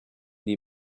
die